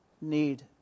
need